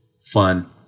fun